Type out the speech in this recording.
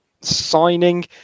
signing